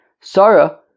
Sarah